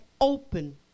open